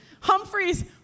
Humphreys